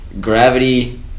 Gravity